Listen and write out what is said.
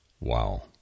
Wow